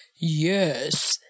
Yes